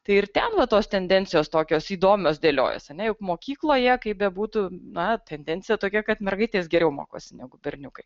tai ir ten va tos tendencijos tokios įdomios dėliojas a ne juk mokykloje kaip bebūtų na tendencija tokia kad mergaitės geriau mokosi negu berniukai